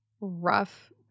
rough